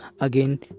again